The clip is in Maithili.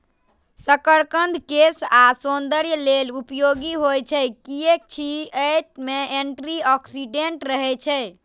शकरकंद केश आ सौंदर्य लेल उपयोगी होइ छै, कियैकि अय मे एंटी ऑक्सीडेंट रहै छै